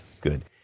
good